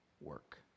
work